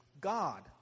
God